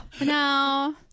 No